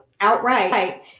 outright